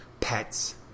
pets